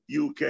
UK